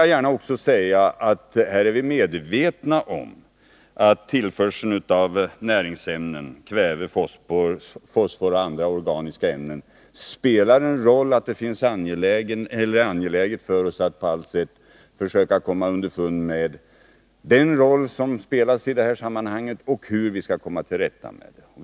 Jag vill också gärna säga att vi är medvetna om att tillförseln av näringsämnen, kväve, fosfor och andra organiska ämnen spelar en roll och att det är angeläget för oss att på allt sätt försöka komma underfund med deras roll i detta sammanhang och hur vi skall komma till rätta med problemen.